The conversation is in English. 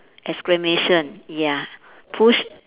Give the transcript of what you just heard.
exclamation ya push